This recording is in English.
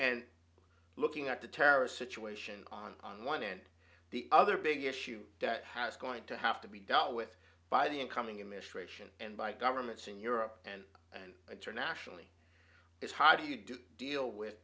and looking at the terror situation on on one and the other big issue that has going to have to be dealt with by the incoming administration and by governments in europe and and internationally it's hard to do deal with